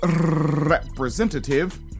representative